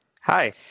Hi